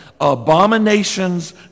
abominations